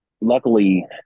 luckily